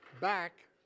back